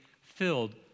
filled